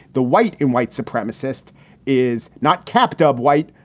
the white and white supremacist is not kept up white,